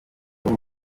bose